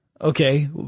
Okay